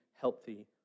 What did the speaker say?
healthy